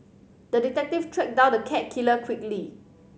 the detective tracked down the cat killer quickly